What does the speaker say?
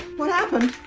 what happened?